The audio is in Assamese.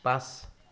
পাঁচ